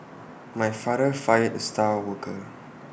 my father fired the star worker